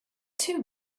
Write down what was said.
too